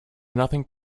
nothing